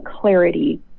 clarity